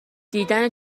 دیدن